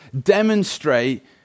demonstrate